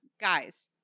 Guys